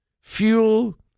fuel